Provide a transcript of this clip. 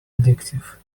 addictive